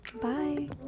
Bye